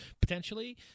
potentially